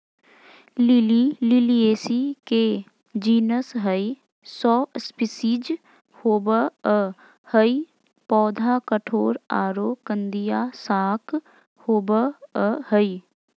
lily Liliaceae के genus हई, सौ स्पिशीज होवअ हई, पौधा कठोर आरो कंदिया शाक होवअ हई